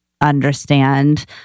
understand